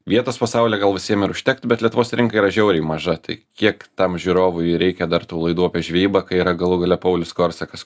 vietos pasaulyje gal visiem ir užtektų bet lietuvos rinka yra žiauriai maža tai kiek tam žiūrovui reikia dar tų laidų apie žvejybą kai yra galų gale paulius korsakas